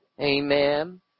amen